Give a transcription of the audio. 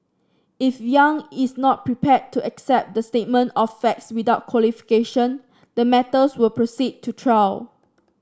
if Yang is not prepared to accept the statement of facts without qualification the matters will proceed to trial